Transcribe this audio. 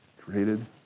Created